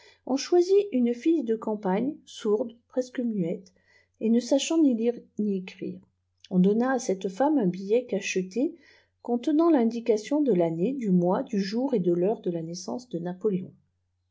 on choisit une fille de campa gne sourde presque muette et ne sachant ni lire ni écrire on donna à cette femme un billet cacheté contenant l'indication de l'année du mois du jour et de l'heure de la naissance de napoléon